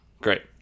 great